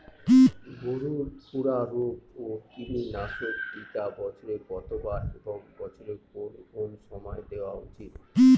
গরুর খুরা রোগ ও কৃমিনাশক টিকা বছরে কতবার এবং বছরের কোন কোন সময় দেওয়া উচিৎ?